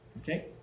Okay